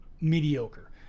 mediocre